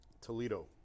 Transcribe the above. Toledo